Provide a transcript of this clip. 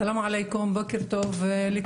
סאלם עליכום, בוקר טוב לכולם.